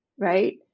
right